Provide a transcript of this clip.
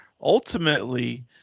ultimately